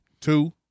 Two